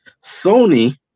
Sony